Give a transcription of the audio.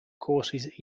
courses